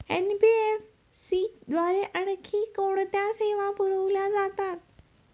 NBFC द्वारे आणखी कोणत्या सेवा पुरविल्या जातात?